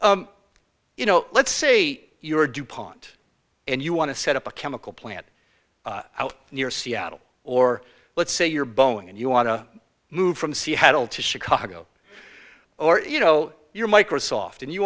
you know let's say you're dupont and you want to set up a chemical plant out near seattle or let's say you're boeing and you want to move from seattle to chicago or you know you're microsoft and you